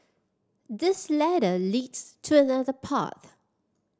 this ladder leads to another path